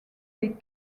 des